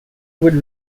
would